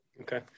Okay